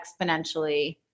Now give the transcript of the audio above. exponentially